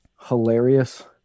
hilarious